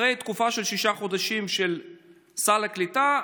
אחרי תקופה של שישה חודשים של סל הקליטה,